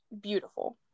beautiful